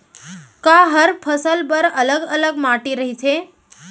का हर फसल बर अलग अलग माटी रहिथे?